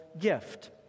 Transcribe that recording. gift